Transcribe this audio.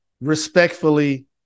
respectfully